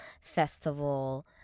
festival